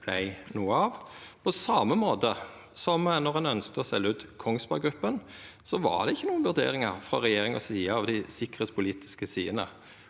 vart noko av. På same måte som når ein ønskte å selja ut Kongsberg Gruppen, var det ikkje nokre vurderingar frå regjeringa si side av dei sikkerheitspolitiske sidene.